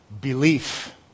Belief